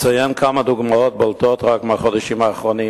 אציין כמה דוגמאות בולטות רק מהחודשים האחרונים.